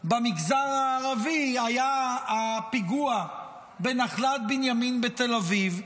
במגזר הערבי, היה הפיגוע בנחלת בנימין בתל אביב.